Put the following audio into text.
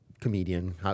Comedian